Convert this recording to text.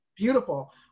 Beautiful